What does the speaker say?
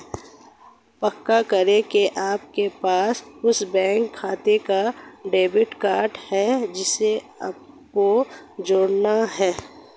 पक्का करें की आपके पास उस बैंक खाते का डेबिट कार्ड है जिसे आपको जोड़ना है